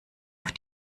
auf